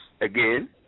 again